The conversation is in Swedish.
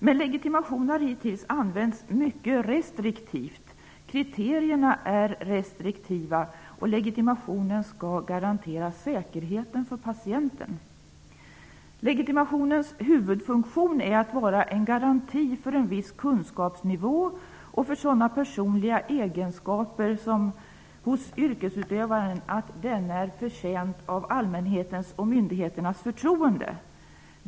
Men legitimation har hittills använts mycket restriktivt. Kriterierna är restriktiva och legitimationen skall garantera säkerheten för patienten. Legitimationens huvudfunktion är att vara en garanti för en viss kunskapsnivå och för sådana personliga egenskaper hos yrkesutövaren att denne är förtjänt av allmänhetens och myndigheternas förtroende.